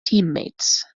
teammates